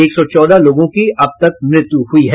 एक सौ चौदह लोगों की अब तक मृत्यु हो चुकी है